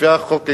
לפי חוק ההסדרים,